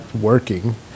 working